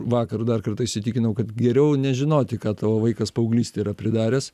vakar dar kartą įsitikinau kad geriau nežinoti ką tavo vaikas paauglystėj yra pridaręs